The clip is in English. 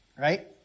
Right